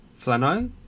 Flano